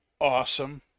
Awesome